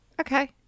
okay